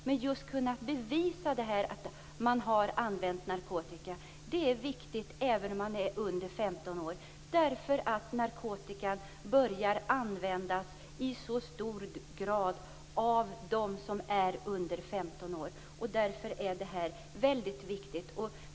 Just detta att kunna bevisa att någon har använt narkotika är viktigt, även när det gäller dem som är under 15 år, därför att narkotika börjar användas i så hög grad av dem som är under 15 år. Därför är detta väldigt viktigt.